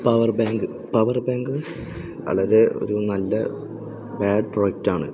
power bank power bank വളരെ ഒരു നല്ല ബാഡ് പ്രോഡക്റ്റ് ആണ്